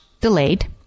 delayed